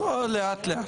מי בעד?